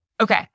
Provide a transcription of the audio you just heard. Okay